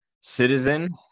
citizen